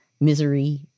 misery